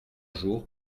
jour